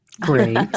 Great